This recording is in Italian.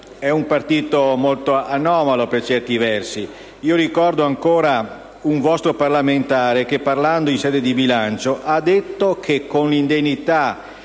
è un partito molto anomalo, per certi versi. Ricordo ancora un vostro parlamentare che, intervenendo in sede di bilancio, ha detto che con l'indennità